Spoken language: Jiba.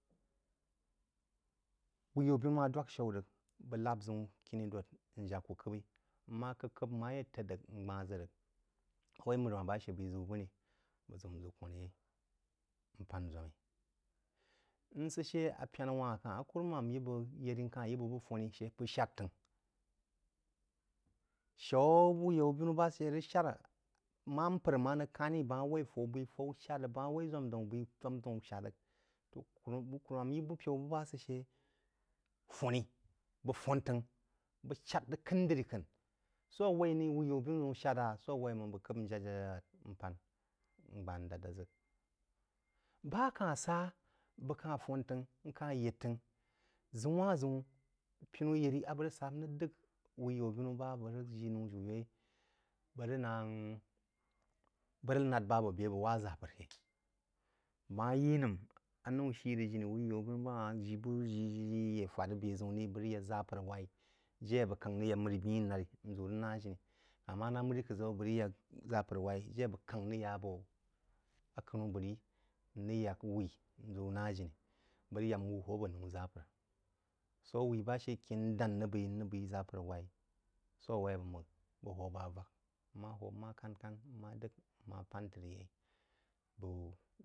Uhin yanbinu mah dwaf shen rig bəg lahb zəun kiri dod nəag kuh kəbəi mamh kəib kəib nmoh ye təd rig njbah zəg rig a wai məriwah boe she bəi zəu vəri bəg zəun nzəu kwan yai aven npan zwamai nsid she apyeni wah a kah i kurumam yí bəg yeri she bəg shed tong nfuhn təng shen a wui yaubinu bah she rig sher mah npər meh rig kahn ri bəg mah woi fanei bəi fawu shad rig bəg mah woi zwam daun bəí zwandaum shad rig bəg mah woi zwam daun bəi zwan daun shad rig kurumam yí bupəu sel sid she fuhni bəg fuhn təng bəg sheh rig kəin drí kəin swoh wai ni wuin wui yanbinu zəun shad vah soh woi mang bəg kəib njed-jad jad npan njban dal dəg zəg bah a kah sal bəg kuh fuhn təng mkal yed təng zəun wah zəun pinu yemi a bəg rig sah nrig dəg heui yanbinu bah adəg rig jii nou ju yai bəg nang bəg rig ned bah bo beh a bəg wah zapər yai nmah yi nəm a nou shii rig jini hui yaubinu bah hah jii banh jii jii yah fehd rig bazəum rí jire abəg rig yek yapər wahyi jire abəg kang rig yak mri byi kri nkang rig nah jiri kah mah məri kəd zau a bəg rig yak zapər wei jiri abəg kang rig yaa boh akənu bəg ri mrig yak mang yak wuhyi mzəu nah ajini bəg rig yak mwuh hoo abo zapər swoh a whi bah she ken ndahn rig bəi mrig bəi zapər wui soh woi bəg hoo bah vak mmah hoo nmah kan-kan nmah dəg mmah pon trí bəg jii nzwɛm.